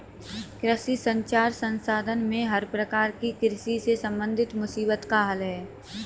कृषि संचार संस्थान में हर प्रकार की कृषि से संबंधित मुसीबत का हल है